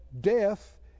death